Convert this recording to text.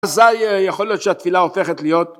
אזי יכול להיות שהתפילה הופכת להיות